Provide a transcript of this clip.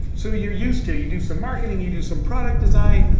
so you're used to. you do some marketing, you do some product design,